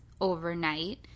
overnight